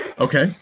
Okay